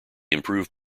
improved